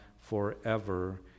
forever